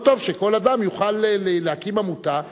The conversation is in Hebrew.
לא טוב שכל אדם יוכל להקים עמותה,